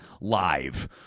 live